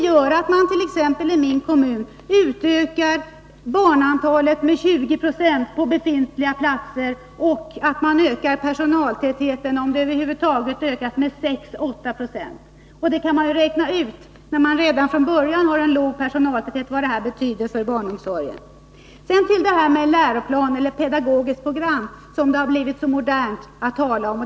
I t.ex. min kommun utökar man barnantalet med 20 90 på befintliga platser, men man ökar personaltätheten — om den över huvud taget ökas — med bara 6 å 8 70. Man kan ju räkna ut vad detta betyder för barnomsorgen, när personaltätheten redan från början är låg. Sedan till läroplan eller pedagogiskt program, som det har blivit så modernt att tala om.